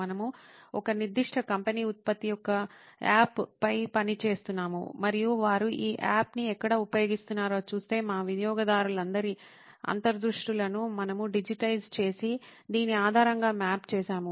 మనము ఒక నిర్దిష్ట కంపెనీ ఉత్పత్తి యొక్క యాప్ పై పని చేస్తున్నాము మరియు వారు ఈ యాప్ ని ఎక్కడ ఉపయోగిస్తున్నారో చూస్తే మా వినియోగదారులందరి అంతర్దృష్టులను మనము డిజిటలైజ్ చేసి దీని ఆధారంగా మ్యాప్ చేసాము